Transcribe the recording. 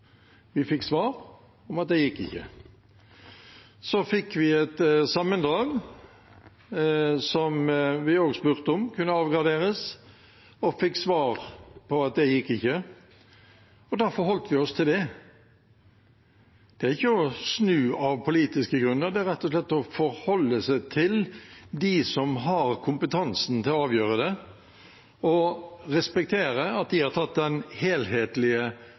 Vi fikk svar om at det ikke gikk. Så fikk vi et sammendrag, som vi også spurte om kunne avgraderes. Vi fikk svar om at det gikk ikke, og da forholdt vi oss til det. Det er ikke å snu av politiske grunner, det er rett og slett å forholde seg til dem som har kompetansen til å avgjøre det, og respektere at de har tatt den helhetlige